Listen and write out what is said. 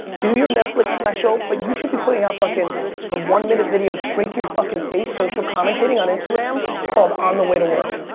do your netflix special, but you should be putting out fucking a one minute video straight to your fucking face social commentating on instagram called on the way to work.